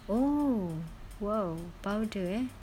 oh !wow! powder eh